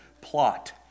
plot